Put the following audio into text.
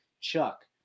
Chuck